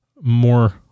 more